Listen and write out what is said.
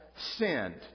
sinned